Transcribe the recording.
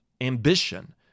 ambition